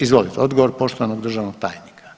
Izvolite, odgovor poštovanog državnog tajnika.